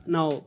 Now